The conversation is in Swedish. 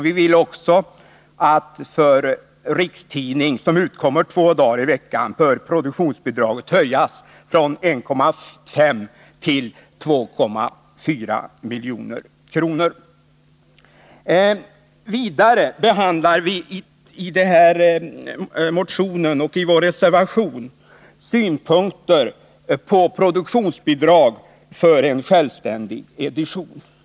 Vi anser även att för rikstidning som utkommer två dagar i veckan bör produktionsbidraget höjas från 1,5 till 2,4 milj.kr. Vidare behandlar vi i motionen och i vår reservation synpunkter på produktionsbidrag till en självständig edition.